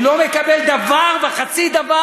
גפני, אני באתי להנגיש, הוא לא מקבל דבר וחצי דבר.